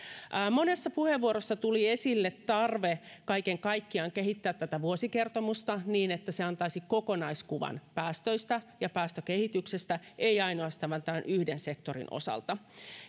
monessa puheenvuorossa tuli esille tarve kehittää tätä vuosikertomusta kaiken kaikkiaan niin että se antaisi kokonaiskuvan päästöistä ja päästökehityksestä ei ainoastaan tämän yhden sektorin osalta